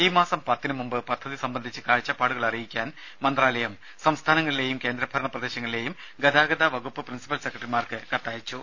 ഈ മാസം പത്തിന് മുമ്പ് പദ്ധതി സംബന്ധിച്ച് കാഴ്ചപ്പാടുകൾ അറിയിക്കാൻ മന്ത്രാലയം സംസ്ഥാനങ്ങളിലേയും കേന്ദ്രഭരണ പ്രദേശങ്ങളിലേയും ഗതാഗത വകുപ്പ് പ്രിൻസിപ്പൽ സെക്രട്ടറിമാർക്ക് കത്തയച്ചു